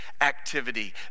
activity